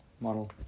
model